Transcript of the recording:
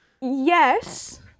yes